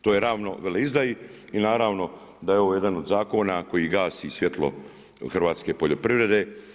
To je ravno veleizdaji i naravno da je ovo jedan od zakona koji gasi svjetlo hrvatske poljoprivrede.